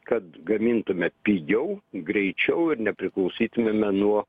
kad gamintume pigiau greičiau ir nepriklausytumėme nuo